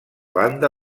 banda